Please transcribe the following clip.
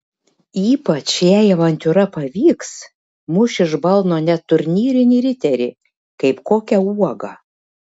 ypač jei avantiūra pavyks muš iš balno net turnyrinį riterį kaip kokią uogą